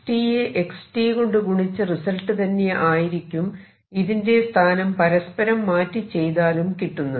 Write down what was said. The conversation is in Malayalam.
x യെ x കൊണ്ട് ഗുണിച്ച റിസൾട്ട് തന്നെ ആയിരിക്കും ഇതിന്റെ സ്ഥാനം പരസ്പരം മാറ്റി ചെയ്താലും കിട്ടുന്നത്